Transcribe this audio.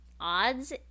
odds